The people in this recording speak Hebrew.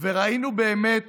וראינו באמת